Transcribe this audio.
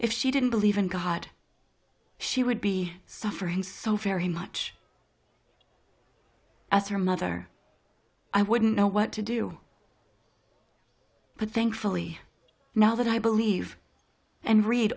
if she didn't believe in god she would be suffering so very much as her mother i wouldn't know what to do but thankfully now that i believe and read